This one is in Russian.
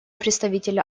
представителя